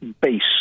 base